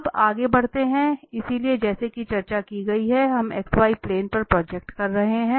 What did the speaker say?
अब आगे बढ़ते हुए इसलिए जैसा कि चर्चा की गई है हम xy प्लेन पर प्रोजेक्ट कर रहे हैं